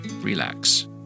relax